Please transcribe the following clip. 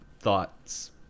thoughts